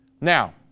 Now